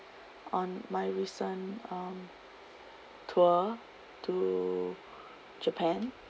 on my recent um tour to japan